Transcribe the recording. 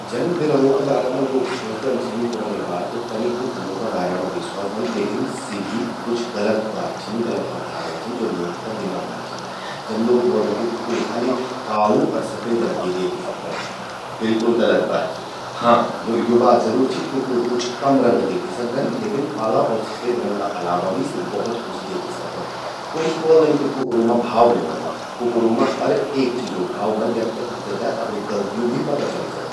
जन बिरल़ूं का बारा मां लोग स्वोच्दन छिन पुरणि बात, तन्नि कुकुरूं का बारा मां भी स्वोच्दन लेकिन, सि भी गलत बात छिन, गलत अवधारणा छिन, ज्वो लोगूं का दिमाग मां छिन। जन लोग ब्लोदन कि कुकूर काल़ू अर सफेद रंग ही द्येखि सकदन। बिल्कुल गलत बात चि। हां, या बात जरूर चि कि कुकूर कुछ कम रंग द्येखि सकदन लेकिन, काला अर सफेद रंग का अलावा भी सी भौत कुछ द्येखी सकदन। कुछ लोग ब्लोदन कि कुकरूं मां भाव नी ह्वंदन। कुकरूं मां हर एक चीजो भाव ह्वंद, यख तक कि तेते अपणिं गलत्यू भि पता चलि जंद।